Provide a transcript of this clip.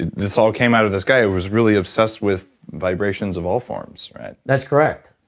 this all came out of this guy who was really obsessed with vibrations of all forms that's correct.